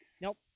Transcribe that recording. Nope